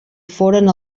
foren